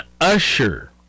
usher